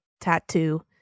tattoo